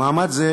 במעמד זה